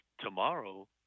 tomorrow